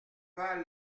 pas